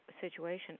situation